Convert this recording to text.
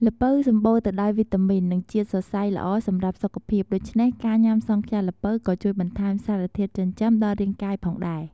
ល្ពៅសម្បូរទៅដោយវីតាមីន និងជាតិសរសៃល្អសម្រាប់សុខភាពដូច្នេះ ការញ៉ាំសង់ខ្យាល្ពៅក៏ជួយបន្ថែមសារធាតុចិញ្ចឹមដល់រាងកាយផងដែរ។